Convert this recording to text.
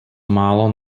málo